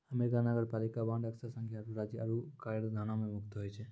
America नगरपालिका bond अक्सर संघीय आरो राज्य आय कराधानो से मुक्त होय छै